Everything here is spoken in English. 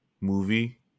movie